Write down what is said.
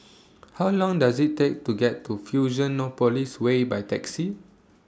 How Long Does IT Take to get to Fusionopolis Way By Taxi